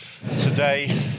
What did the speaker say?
Today